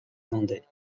vendée